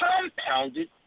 compounded